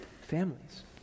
families